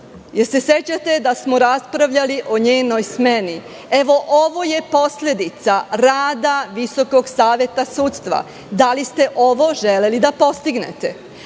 li se sećate da smo raspravljali o njenoj smeni? Ovo je posledica rada Visokog saveta sudstva. Da li ste ovo želeli da postignete? Što